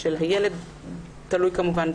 תלוי כמובן,